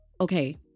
Okay